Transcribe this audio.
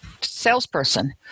salesperson